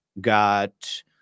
got